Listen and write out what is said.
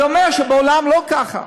זה אומר שבעולם זה לא ככה.